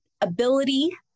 ability